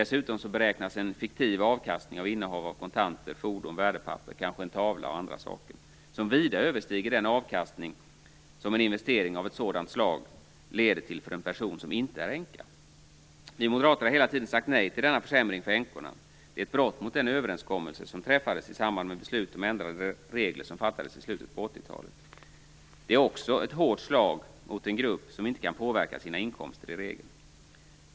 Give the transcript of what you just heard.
Dessutom beräknas en fiktiv avkastning av innehav av kontanter, fordon, värdepapper, kanske en tavla etc., som vida överstiger den avkastning som en investering av ett sådant slag leder till för en person som inte är änka. Vi moderater har hela tiden sagt nej till denna försämring för änkorna. Det är ett brott mot den överenskommelse som träffades i samband med att beslut om ändrade regler fattades i slutet på 80-talet. Det är också ett hårt slag mot en grupp som i regel inte kan påverka sin inkomster.